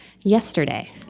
yesterday